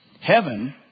Heaven